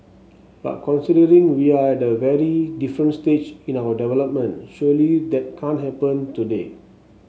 but considering we are at a very different stage in our development surely that can't happen today